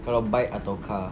kalau bike atau car